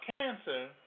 cancer